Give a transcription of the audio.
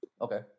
okay